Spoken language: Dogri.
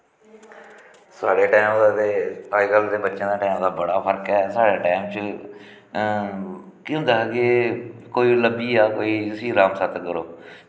साढ़े टैम दा ते अजकल्ल दे बच्चें दे टैम दा बड़ा फर्क ऐ ते साढ़े टैम च केह् होंदा हा कि कोई लब्भी गेआ कोई उस्सी राम सत्त करो